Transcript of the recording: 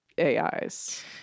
AIs